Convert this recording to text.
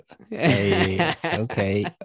Okay